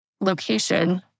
location